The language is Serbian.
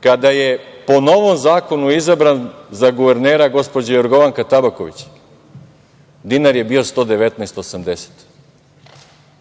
kada je po novom zakonu izabran za guvernera gospođa Jorgovanka Tabaković, dinar je bio 119,80.